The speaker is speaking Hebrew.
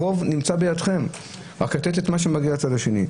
הרוב נמצא בידכם אבל צריך רק לתת את מה שמגיע לצד השני.